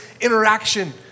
interaction